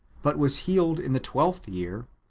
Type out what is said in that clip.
but was healed in the twelfth year,